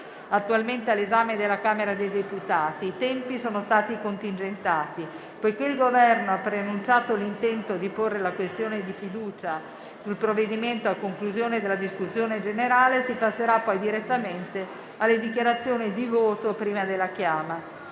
attualmente all'esame della Camera dei deputati. I tempi sono stati contingentati. Poiché il Governo ha preannunciato l'intento di porre la questione di fiducia sul provvedimento a conclusione della discussione generale, si passerà poi direttamente alle dichiarazioni di voto prima della chiama.